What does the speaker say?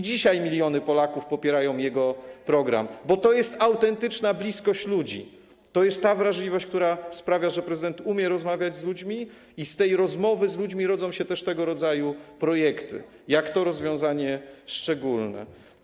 Dzisiaj miliony Polaków popierają jego program, bo to jest autentyczna bliskość ludzi, to jest ta wrażliwość, która sprawia, że prezydent umie rozmawiać z ludźmi, i z tej rozmowy z ludźmi rodzą się też tego rodzaju projekty, jak to rozwiązanie szczególne.